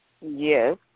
Yes